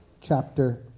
chapter